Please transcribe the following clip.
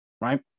Right